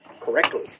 correctly